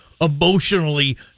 emotionally